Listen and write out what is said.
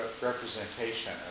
representation